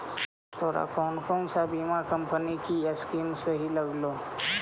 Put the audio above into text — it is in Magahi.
तोरा कौन सा बीमा कंपनी की स्कीम सही लागलो